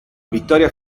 vittoria